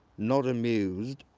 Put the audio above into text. not amused,